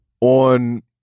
on